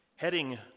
heading